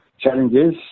challenges